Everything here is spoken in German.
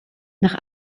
nach